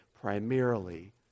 primarily